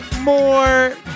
more